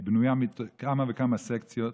היא בנויה מכמה וכמה סקציות,